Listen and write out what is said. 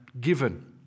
given